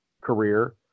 career